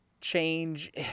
change